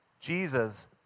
Jesus